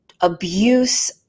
abuse